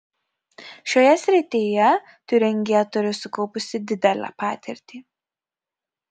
šioje srityje tiūringija turi sukaupusi didelę patirtį